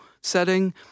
setting